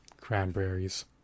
cranberries